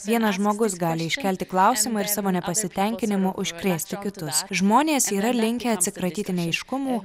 vienas žmogus gali iškelti klausimą ir savo nepasitenkinimo užkrėsti kitus žmonės yra linkę atsikratyti neaiškumų